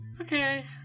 okay